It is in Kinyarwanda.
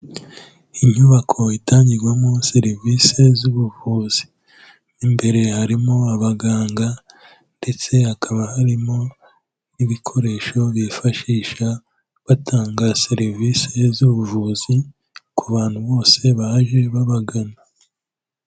Inyubako itangirwamo serivisi z'ubuvuzi, imbere harimo abaganga ndetse hakaba harimo ibikoresho bifashisha batanga serivisi z'ubuvuzi ku bantu bose baje babagana.